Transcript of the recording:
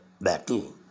battle